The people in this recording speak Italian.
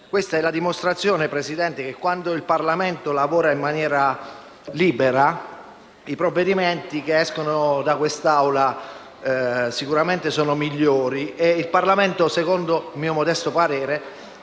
svolto. È la dimostrazione, signor Presidente, che, quando il Parlamento lavora in maniera libera, i provvedimenti che escono da quest'Assemblea sono sicuramente migliori. Il Parlamento - secondo il mio modesto parere